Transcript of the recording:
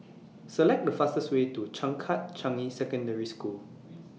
Select The fastest Way to Changkat Changi Secondary School